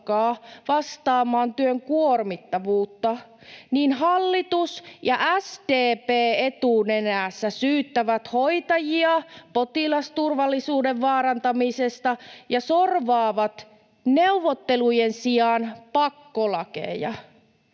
vastaamaan työn kuormittavuutta, niin hallitus ja SDP etunenässä syyttävät hoitajia potilasturvallisuuden vaarantamisesta ja sorvaavat neuvottelujen sijaan pakkolakeja.